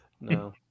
No